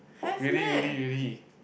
really really really